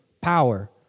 Power